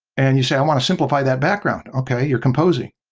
and you say i want to simplify that background. okay, you're composing.